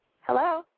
Hello